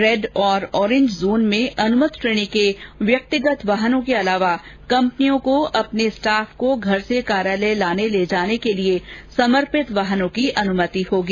red और orange zone में अनुमत श्रेणी के व्यक्तिगत वाहनों के अलावा कंपनियों को अपने स्टाफ को घर से कार्यालय लाने ले जाने के लिए समर्पित वाहनों की अनुमति होगी